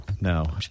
No